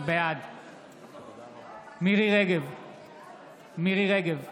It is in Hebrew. בעד מירי מרים רגב,